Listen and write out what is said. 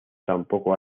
tampoco